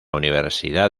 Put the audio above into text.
universidad